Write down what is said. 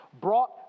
brought